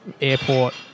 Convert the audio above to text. airport